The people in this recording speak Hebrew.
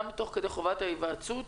גם תוך כדי חובת ההיוועצות,